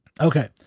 Okay